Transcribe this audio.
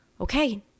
okay